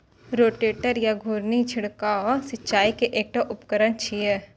rotator या घुर्णी छिड़काव सिंचाइ के एकटा उपकरण छियै